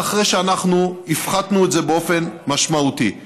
וזה אחרי שאנחנו הפחתנו את זה באופן משמעותי.